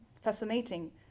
fascinating